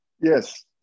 Yes